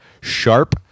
sharp